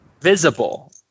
Visible